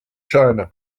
china